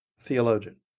theologian